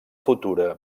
futura